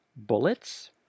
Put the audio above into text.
bullets